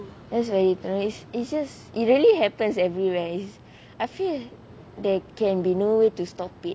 that's very nice is just it really happens everywhere it's I feel there can be no way to stop it